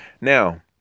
Now